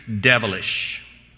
devilish